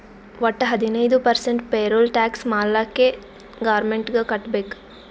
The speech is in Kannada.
ವಟ್ಟ ಹದಿನೈದು ಪರ್ಸೆಂಟ್ ಪೇರೋಲ್ ಟ್ಯಾಕ್ಸ್ ಮಾಲ್ಲಾಕೆ ಗೌರ್ಮೆಂಟ್ಗ್ ಕಟ್ಬೇಕ್